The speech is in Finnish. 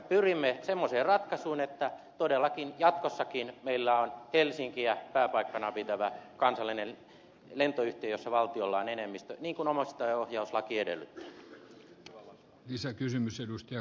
pyrimme semmoiseen ratkaisuun että todellakin jatkossakin meillä on helsinkiä pääpaikkanaan pitävä kansallinen lentoyhtiö jossa valtiolla on enemmistö niin kuin omistajaohjauslaki edellyttää